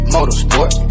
Motorsport